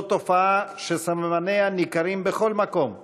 זו תופעה שסממניה ניכרים בכל מקום: